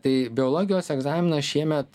tai biologijos egzaminas šiemet